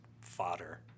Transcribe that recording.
fodder